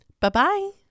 Bye-bye